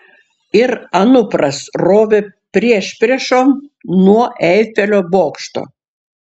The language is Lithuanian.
ir anupras rovė priešpriešom nuo eifelio bokšto